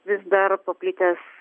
vis dar paplitęs